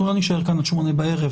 אנחנו לא נישאר כאן עד 20:00 בערב.